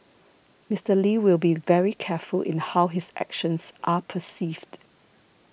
Mister Lee will be very careful in how his actions are perceived